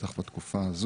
ובטח בתקופה הזו,